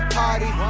party